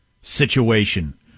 situation